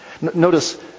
Notice